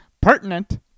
pertinent